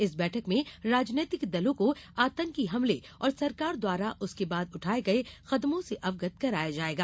इस बैठक में राजनीतिक दलों को आतंकी हमले और सरकार द्वारा उसके बाद उठाए गए कदमों से अवगत कराया जाएगा